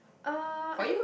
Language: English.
uh I think